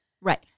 Right